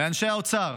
לאנשי האוצר: